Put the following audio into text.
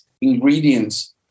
ingredients